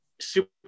super